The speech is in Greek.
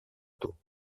του